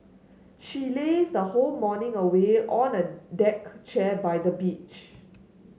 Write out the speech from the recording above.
she lazed whole morning away on a deck chair by the beach